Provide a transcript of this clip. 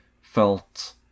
felt